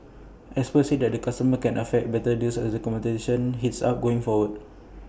experts said that consumers can expect better deals as the competition heats up going forward